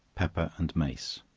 pepper, and mace.